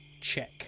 check